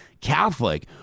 Catholic